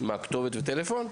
כתובת וטלפון?